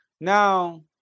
now